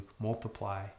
multiply